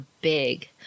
big